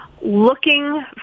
Looking